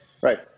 Right